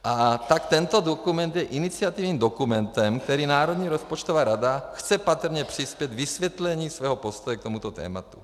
A tak tento dokument je iniciativním dokumentem, kterým Národní rozpočtová rada chce patrně přispět k vysvětlení svého postoje k tomuto tématu.